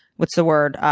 what's the word